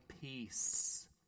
peace